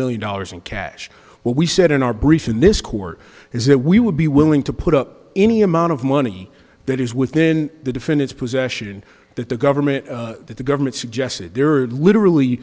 million dollars in cash what we said in our brief in this court is that we would be willing to put up any amount of money that is within the defendant's possession that the government that the government suggested there are literally